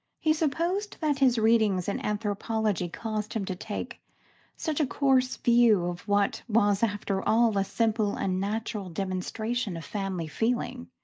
he supposed that his readings in anthropology caused him to take such a coarse view of what was after all a simple and natural demonstration of family feeling